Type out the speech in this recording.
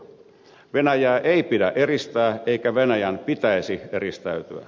venäjää ei pidä eristää eikä venäjän pitäisi eristäytyä